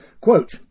Quote